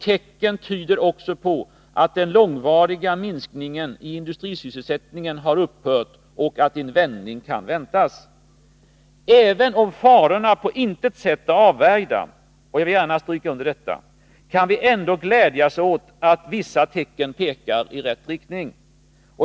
Tecken tyder också på att den långvariga minskningen i industrisysselsättningen har upphört och att en vändning kan väntas. Även om farorna på intet sätt är avvärjda— jag vill gärna stryka under detta — kan vi glädjas åt att vissa tecken pekar i rätt riktning.